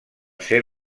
ser